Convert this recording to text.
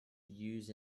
use